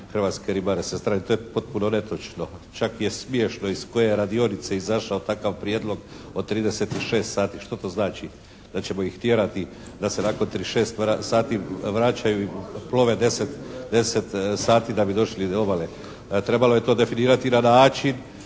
hrvatske ribare sa strane. To je potpuno netočno. Čak je smiješno iz koje je radionice izašao takav prijedlog od 36 sati. Što to znači? Da ćemo ih tjerati da se nakon 36 sati vraćaju i plove 10 sati da bi došli do obale. Trebalo je to definirati na način